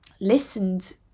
listened